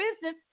business